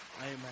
Amen